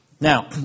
Now